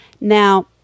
Now